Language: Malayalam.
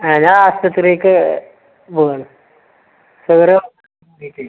ആ ഞാൻ ആസ്പത്രിയിലേക്ക് പോവുവാണ് ഓരോ സീറ്റിൽ